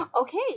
Okay